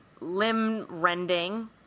limb-rending